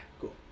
Cool